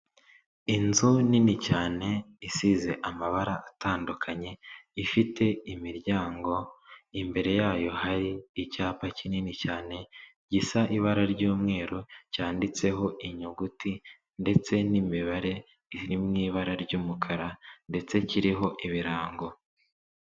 Inzu nini cyane isize amabara atandukanye ifite imiryango, imbere y'ayo hari icyapa kinini cyane gisa ibara ry'umweru cyanditseho inyuguti ndetse n'imibare iri mu ibara ry'umukara ndetse kiriho ibirango.